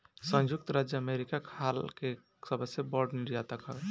संयुक्त राज्य अमेरिका खाल के सबसे बड़ निर्यातक हवे